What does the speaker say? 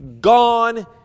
gone